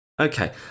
okay